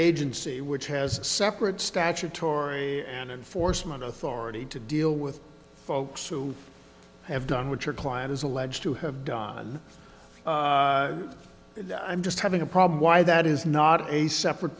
agency which has separate statutory foresman authority to deal with folks who have done what your client is alleged to have done i'm just having a problem why that is not a separate